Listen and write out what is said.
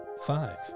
Five